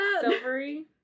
silvery